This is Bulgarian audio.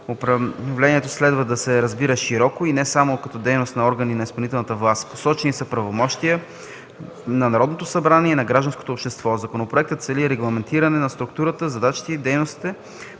Управлението следва да се разбира широко и не само като дейност на органи на изпълнителна власт. Посочени са правомощия на Народното събрание и на гражданското общество. Законопроектът цели регламентиране на структурата, задачите и дейностите